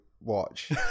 watch